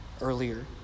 earlier